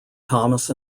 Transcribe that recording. thomas